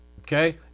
okay